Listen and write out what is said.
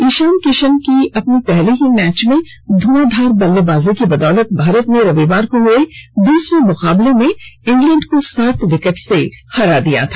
ईशान किशन की अपने पहले ही मैच में ध्आंधार बल्लेबाजी की बदौलत भारत ने रविवार को हुए दूसरे मुकाबले में इंग्लैंड को सात विकेट से हरा दिया था